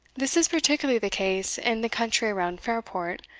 this is particularly the case in the country around fairport,